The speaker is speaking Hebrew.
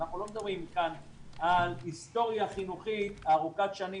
אנחנו לא מדברים כאן על היסטוריה חינוכית ארוכת שנים